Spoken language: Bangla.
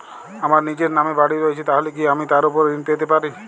আমার নিজের নামে বাড়ী রয়েছে তাহলে কি আমি তার ওপর ঋণ পেতে পারি?